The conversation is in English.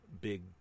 big